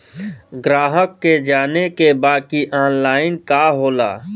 ग्राहक के जाने के बा की ऑनलाइन का होला?